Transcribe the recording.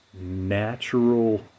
natural